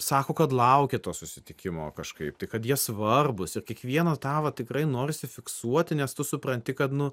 sako kad laukia to susitikimo kažkaip tai kad jie svarbūs ir kiekvieną tą va tikrai norisi fiksuoti nes tu supranti kad nu